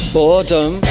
Boredom